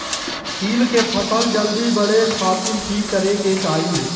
तिल के फसल जल्दी बड़े खातिर की करे के चाही?